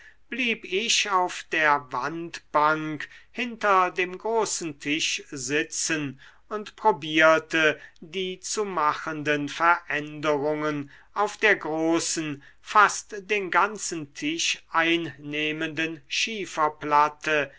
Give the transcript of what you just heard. blieb ich auf der wandbank hinter dem großen tisch sitzen und probierte die zu machenden veränderungen auf der großen fast den ganzen tisch einnehmenden schieferplatte